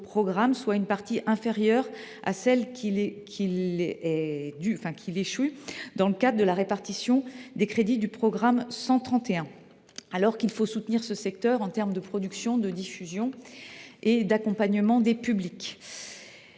soit une part inférieure à celle qui lui revient dans le cadre de la répartition des crédits du programme 131. Or il faut le soutenir en matière de production, de diffusion et d’accompagnement des publics.